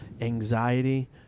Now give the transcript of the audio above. anxiety